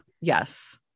Yes